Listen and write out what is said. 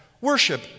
worship